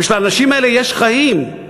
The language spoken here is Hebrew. ושלאנשים האלה יש חיים.